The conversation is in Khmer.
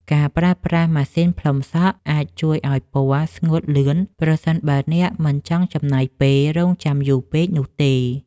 ការប្រើប្រាស់ម៉ាស៊ីនផ្លុំសក់អាចជួយឱ្យពណ៌ស្ងួតលឿនប្រសិនបើអ្នកមិនចង់ចំណាយពេលរង់ចាំយូរពេកនោះទេ។